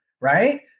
right